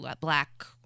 black